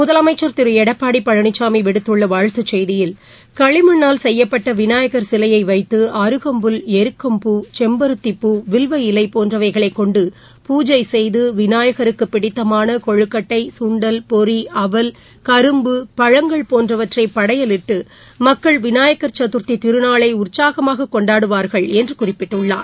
முதலமைச்சர் திரு எடப்பாடி பழனிசாமி விடுத்துள்ள வாழ்த்து செய்தியில் களிமண்ணால் செய்யப்பட்ட விநாயகர் சிலையை வைத்து அருகம்புல் எருக்கம்பு செம்பருத்திப்பு வில்வ இலை போன்றவைகளை கொண்டு பூஜை செய்து விநாயகருக்கு பிடித்தமான கொழுக்கட்டை குண்டல் பொரி அவல் கரும்பு பழங்கள் போன்றவற்றை படையலிட்டு மக்கள் விநாயகர் சதுர்த்தி திருநாளை உற்சாகமாக கொண்டாடுவார்கள் என்று குறிப்பிட்டுள்ளார்